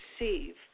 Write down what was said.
receive